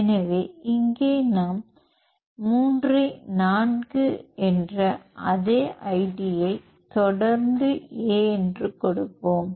எனவே இங்கே நாம் 3 ஐ 4 என்ற அதே ஐடியை தொடர்ந்து A என்று கொடுப்போம்